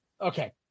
Okay